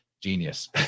genius